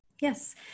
Yes